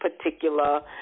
particular